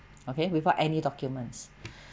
okay without any documents